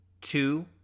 two